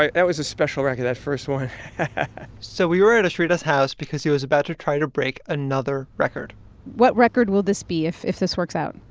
ah that was a special record, that first one so we were at ashrita's house because he was about to try to break another record what record will this be if if this works out?